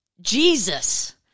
Jesus